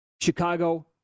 Chicago